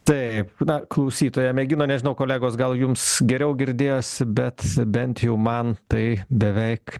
taip na klausytoja mėgino nežinau kolegos gal jums geriau girdėjosi bet bent jau man tai beveik